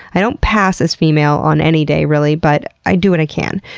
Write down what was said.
i don't pass as female on any day, really, but i do what i can.